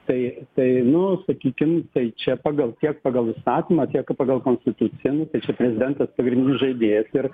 tai tai nu sakykim tai čia pagal tiek pagal įstatymą tiek pagal konstituciją nu tai čia prezidentas pagrindinis žaidėjas ir